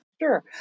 Sure